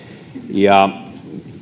ja